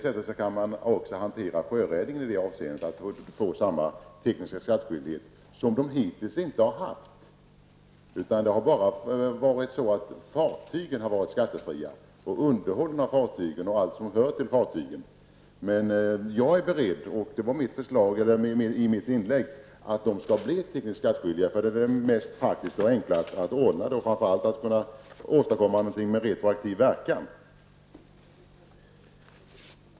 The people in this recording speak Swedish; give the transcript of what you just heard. Man kan också hantera Sjöräddningssällskapets momsfrågor genom att göra sällskapet till s.k. tekniskt skattskyldig. Det har man hittills inte varit. Däremot har fartygen och underhållet av fartygen varit skattebefriade. Jag föreslog emellertid i mitt inlägg att Sjöräddningssällskapet skulle bli tekniskt skattskyldigt, eftersom det är det mest praktiska och det enklaste sättet att åstadkomma någonting med retroaktiv verkan.